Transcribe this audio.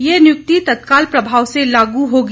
ये नियुक्ति तत्काल प्रभाव से लागू होगी